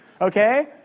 okay